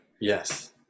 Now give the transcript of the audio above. Yes